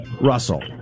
Russell